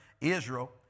Israel